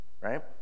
right